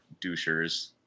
douchers